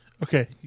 Okay